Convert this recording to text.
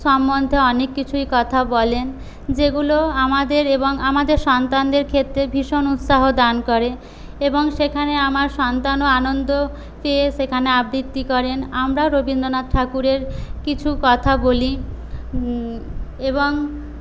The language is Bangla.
সম্মন্ধে অনেক কিছুই কথা বলেন যেগুলো আমাদের এবং আমাদের সন্তানদের ক্ষেত্রে ভীষন উৎসাহ দান করে এবং সেখানে আমার সন্তানও আনন্দ পেয়ে সেখানে আবৃত্তি করেন আমরাও রবীন্দ্রনাথ ঠাকুরের কিছু কথা বলি এবং